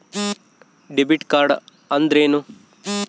Debit card ಅಂದ್ರೇನು?